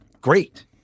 great